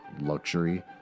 luxury